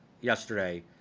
yesterday